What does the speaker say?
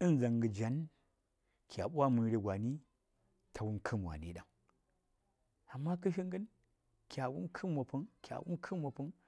na janga jaan kya bwa mari gyani ta num kam wani ɗang amma kayi gon ka wum kam wapang kya wumi vung.